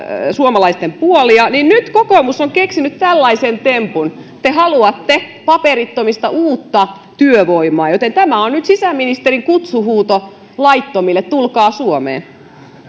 suomalaisten puolia niin nyt kokoomus on keksinyt tällaisen tempun te haluatte paperittomista uutta työvoimaa joten tämä on nyt sisäministerin kutsuhuuto laittomille tulkaa suomeen